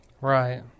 Right